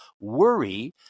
worry